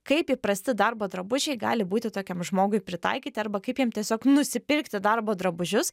kaip įprasti darbo drabužiai gali būti tokiam žmogui pritaikyti arba kaip jam tiesiog nusipirkti darbo drabužius